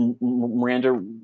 Miranda